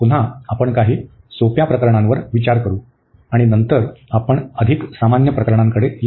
पुन्हा आपण काही सोप्या प्रकरणांवर विचार करू आणि नंतर आपण अधिक सामान्य प्रकरणांकडे येऊ